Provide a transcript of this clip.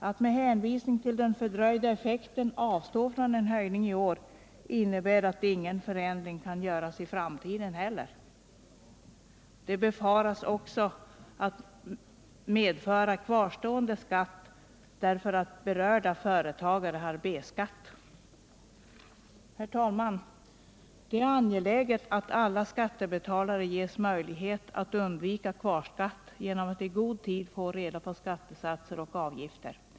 Att med hänvisning till den fördröjda effekten avstå från en höjning i år innebär att ingen förändring kan göras i framtiden heller. Det befarades också medföra kvarstående skatt därför att berörda företagare har B-skatt. Herr talman! Det är angeläget att alla skattebetalare ges möjlighet att undvika kvarskatt genom att de i god tid får reda på skattesatser och avgifter.